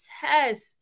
test